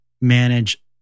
manage